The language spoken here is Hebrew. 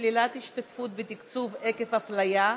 שלילת השתתפות בתקציב עקב הפליה),